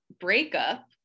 breakup